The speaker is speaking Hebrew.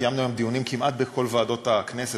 קיימנו היום דיונים כמעט בכל ועדות הכנסת,